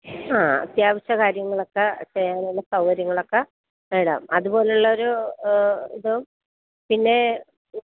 ആ അത്യാവശ്യ കാര്യങ്ങളൊക്കെ ചെയ്യാവുന്ന സൗകര്യങ്ങളൊക്കെ വേണം അതുപോലെയുള്ളൊരു ഇതും പിന്നെ